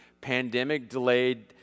pandemic-delayed